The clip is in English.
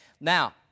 Now